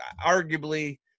arguably